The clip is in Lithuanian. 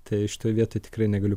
tai šitoj vietoj tikrai negaliu